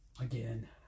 Again